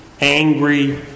angry